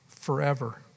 forever